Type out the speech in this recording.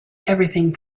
everything